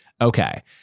Okay